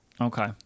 okay